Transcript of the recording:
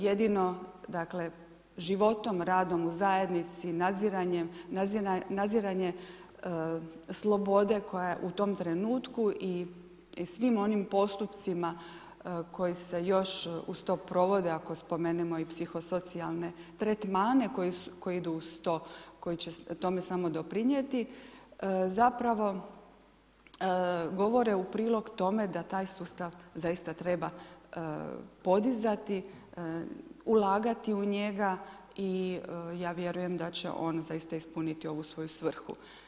Jedino životom, radom u zajednici, nadziranje slobode koja je u tom trenutku i svim onim postupcima koji se još uz provode ako spomenemo i psiho-socijalne tretmane koji idu uz to, koji će tome samo doprinijeti, zapravo govore u prilog tome da taj sustav zaista treba podizati, ulagati u njega i ja vjerujem da će on zaista ispuniti ovu svoju svrhu.